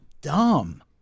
dumb